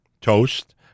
toast